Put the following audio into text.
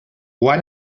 why